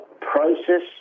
process